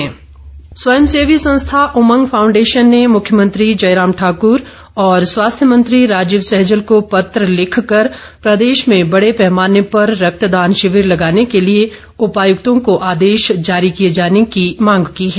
उमंग स्वयंसेवी संस्था उमग फाउंडेशन ने मुख्यमंत्री जयराम ठाकुर और स्वास्थ्य मंत्री राजीव सैजल को पत्र लिखकर प्रदेश में बड़े पैमाने पर रक्त दान ँ शिविर लगाने के लिए उपायुक्तों को आदेश जारी किए जाने की मांग की है